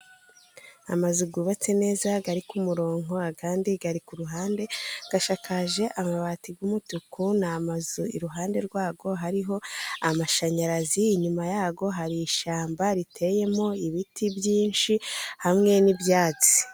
Amazu yubatse neza Ari k'umurongo, andi ari ku ruhande asakaje amabati y'umutuku. Ni amazu iruhande rwabwo hariho amashanyarazi, inyuma yaho hari ishyamba riteyemo ibiti byinshi hamwe n'ibyatsi.